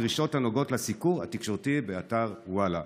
דרישות הנוגעות לסיקור התקשורתי באתר וואלה.